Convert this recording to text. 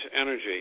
energy